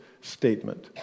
statement